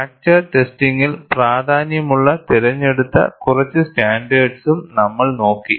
fracture ടെസ്റ്റിംഗിൽ പ്രാധാന്യമുള്ള തിരഞ്ഞെടുത്ത കുറച്ച് സ്റ്റാൻഡേർഡ്സും നമ്മൾ നോക്കി